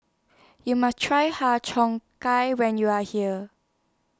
YOU must Try Har Cheong Gai when YOU Are here